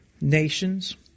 nations